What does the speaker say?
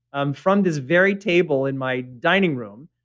um from this very table in my dining room.